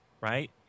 right